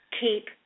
keep